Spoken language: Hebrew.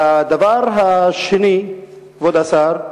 הדבר השני, כבוד השר,